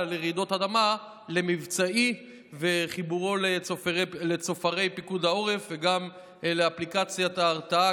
לרעידות אדמה למבצעי וחיבורו לצופרי פיקוד העורף וגם לאפליקציית ההתרעה.